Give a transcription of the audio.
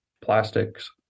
plastics